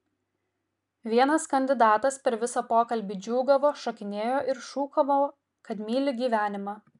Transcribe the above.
vienas kandidatas per visą pokalbį džiūgavo šokinėjo ir šūkavo kad myli gyvenimą